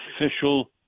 official